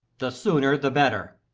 the sooiier the better.